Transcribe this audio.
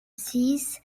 six